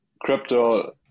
crypto